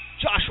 Josh